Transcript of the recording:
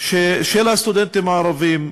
של הסטודנטים הערבים.